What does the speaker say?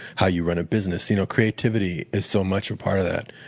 how you run a business. you know creativity is so much a part of that.